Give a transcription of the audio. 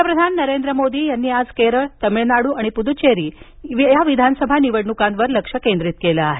पंतप्रधान नरेंद्र मोदी यांनी आज केरळ तमिळनाडू आणि पुद्च्वेरी विधानसभा निवडणुकीवर लक्ष केंद्रित केलं आहे